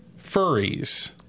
furries